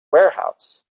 warehouse